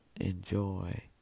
Enjoy